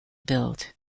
build